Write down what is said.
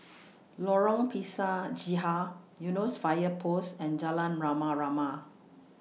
Lorong Pisang Hijau Eunos Fire Post and Jalan Rama Rama